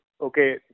okay